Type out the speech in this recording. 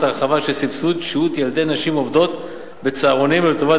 הרחבה של סבסוד שהות ילדי נשים עובדות בצהרונים ולטובת